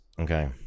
Okay